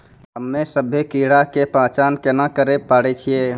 हम्मे सभ्भे कीड़ा के पहचान केना करे पाड़ै छियै?